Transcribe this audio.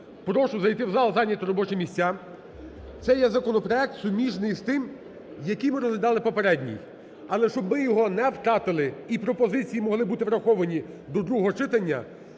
Прошу зайти в зал і зайняти робочі місця. Це є законопроект суміжний з тим, який ми розглядали попередній. Але щоб ми його не втратили і пропозиції могли бути враховані до другого читання,